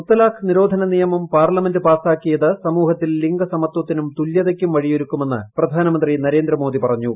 മുത്തലാഖ് നിരോധന നിയമം പാർലമെന്റ് പാസാക്കിയത് സമൂഹത്തിൽ ലിംഗസമത്വത്തിനും തുല്യതയ്ക്കും വഴിയൊരുക്കുമെന്ന് പ്രധാനമന്ത്രി നരേന്ദ്രമോദി പറഞ്ഞു